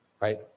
right